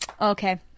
Okay